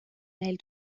neil